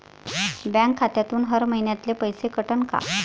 Bank खात्यातून हर महिन्याले पैसे कटन का?